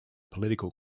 political